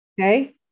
Okay